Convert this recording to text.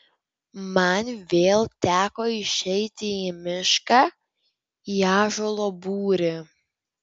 man vėl teko išeiti į mišką į ąžuolo būrį